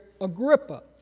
Agrippa